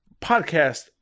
podcast